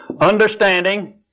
understanding